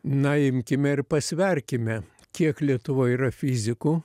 na imkime ir pasverkime kiek lietuvoj yra fizikų